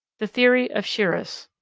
the theory of shiras.